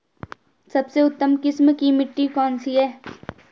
सबसे उत्तम किस्म की मिट्टी कौन सी है?